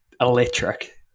electric